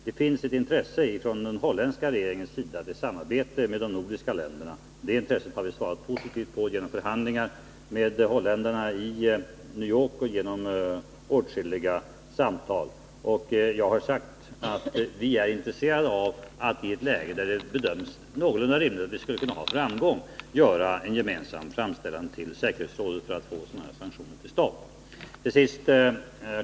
Det finns ett intresse hos den holländska regeringen att samarbeta med de nordiska länderna, och vi har svarat positivt och haft samtal med holländarna i New York. Vid dessa har jag sagt att vi är intresserade av att vi, i ett läge där det bedöms som någorlunda rimligt att vi skulle få framgång, gör en gemensam framställning till säkerhetsrådet för att få sanktioner till stånd.